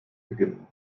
beginnen